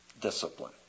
Discipline